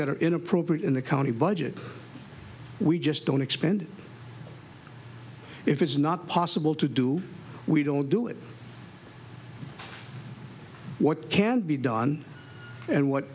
that are inappropriate in the county budget we just don't expend if it's not possible to do we don't do it what can be done and what